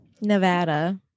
Nevada